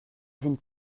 sind